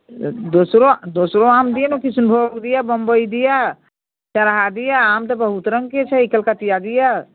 तऽ दोसरो दोसरो आम दिअ ने किशनभोग दिअ बम्बइ दिअ चरहा दिअ आम तऽ बहूत रङ्गके छै कलकतिआ दिअ